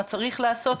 מה צריך לעשות.